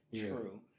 True